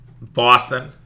Boston